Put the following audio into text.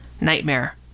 nightmare